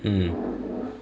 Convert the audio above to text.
mm